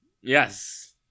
yes